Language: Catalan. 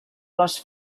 les